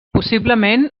possiblement